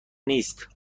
نیست